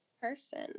person